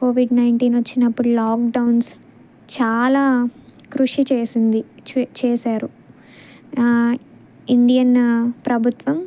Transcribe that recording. Covid nineteen వచ్చినప్పుడు lockdowns చాలా కృషి చేసింది చేశారు ఇండియన్ ప్రభుత్వం